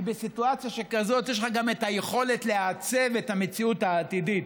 כי בסיטואציה שכזו יש לך גם את היכולת לעצב את המציאות העתידית.